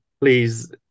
Please